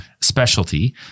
specialty